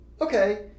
Okay